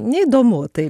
neįdomu tai